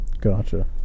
Gotcha